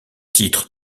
titre